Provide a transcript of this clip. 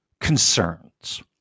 concerns